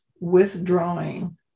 withdrawing